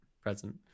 present